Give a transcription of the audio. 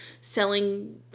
selling